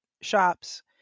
shops